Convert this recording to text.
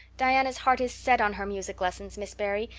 diana's heart is set on her music lessons, miss barry,